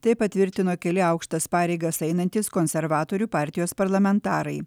tai patvirtino keli aukštas pareigas einantys konservatorių partijos parlamentarai